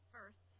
First